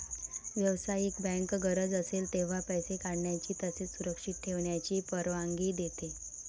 व्यावसायिक बँक गरज असेल तेव्हा पैसे काढण्याची तसेच सुरक्षित ठेवण्याची परवानगी देते